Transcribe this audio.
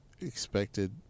expected